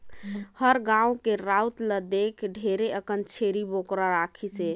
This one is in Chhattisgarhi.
हमर गाँव के राउत ल देख ढेरे अकन छेरी बोकरा राखिसे